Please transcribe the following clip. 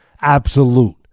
absolute